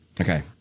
Okay